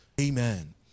Amen